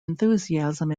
enthusiasm